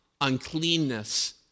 uncleanness